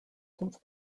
since